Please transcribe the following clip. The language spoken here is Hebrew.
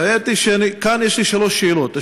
והאמת היא שאני, כאן יש לי שלוש שאלות.